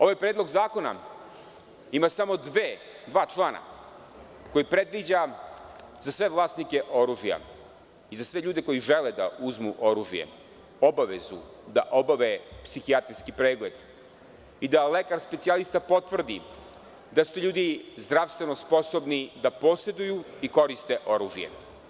Ovaj predlog zakona ima samo dva člana i on predviđa za sve vlasnike oružja i za sve ljude koji žele da uzmu oružje obavezu da obave psihijatrijski pregled i da lekar specijalista potvrdi da su ti ljudi zdravstveno sposobni da poseduju i koriste oružje.